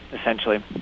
essentially